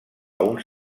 uns